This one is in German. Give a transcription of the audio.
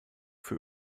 für